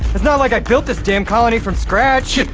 it's not like i built this damn colony from scratch! chip,